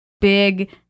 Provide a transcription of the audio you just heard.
big